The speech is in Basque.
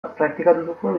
praktikatuko